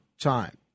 time